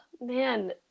man